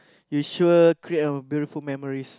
you sure create a beautiful memories